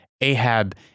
Ahab